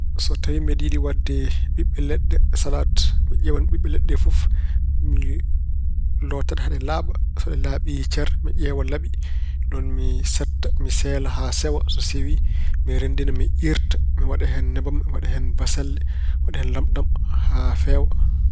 So tawi mbeɗa yiɗi waɗde biɓɓe leɗɗe salaat, mi ƴeewan ɓiɓɓe leɗɗe ɗe fof, mi loota ɗe haa laaɓa. So ɗe laaɓi cer, mi ƴeewa laɓi, mi setta, mi ceela haa sewa. So sewi, mi renndina, mi iirta. Mi waɗa hen nebam, mi waɗa hen basalle, mi waɗa hen lamɗam haa feewa.